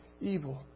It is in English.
evil